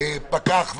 שיבוא פקח...